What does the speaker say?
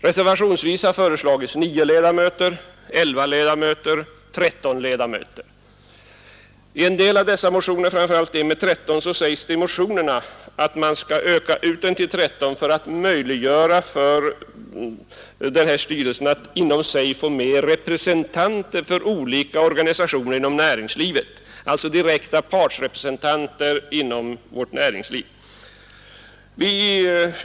Reservationsvis har föreslagits nio, elva eller tretton ledamöter. I en del av dessa motioner, framför allt där det föreslås tretton ledamöter, sägs att en sådan utökning skall möjliggöra för styrelsen att inom sig få representanter för olika organisationer inom näringslivet, alltså direkta partsrepresentanter.